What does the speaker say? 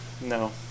No